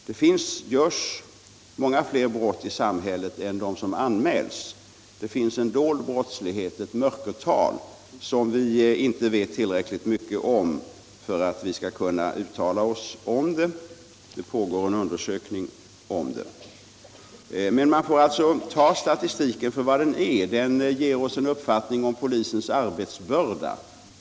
Det förövas många fler brott i samhället än de som anmäls, det finns också en dold brottslighet, ett ” mörkertal”, som vi inte vet tillräckligt mycket om för att kunna bedöma, men det pågår en undersökning om detta. Man får alltså ta statistiken för vad den är. Den ger oss en uppfattning om polisens arbetsbörda.